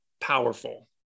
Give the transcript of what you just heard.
powerful